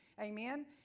amen